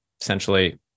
essentially